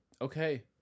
okay